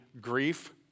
grief